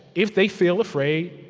if they feel afraid,